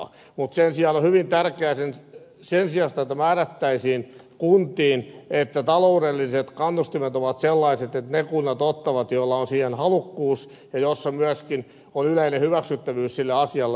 sen sijaan on hyvin tärkeää sen sijasta että määrättäisiin kuntiin että taloudelliset kannustimet ovat sellaiset että ne kunnat ottavat joilla on siihen halukkuus ja joissa on myöskin yleinen hyväksyttävyys sille asialle olemassa